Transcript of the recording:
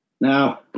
Now